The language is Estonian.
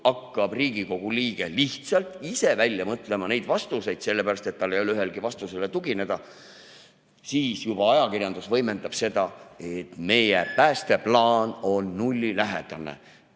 hakkab Riigikogu liige lihtsalt ise välja mõtlema neid vastuseid, sellepärast et tal ei ole ühelegi vastusele tugineda. Ning siis juba ajakirjandus võimendab seda, et meie päästeplaan on nullilähedane.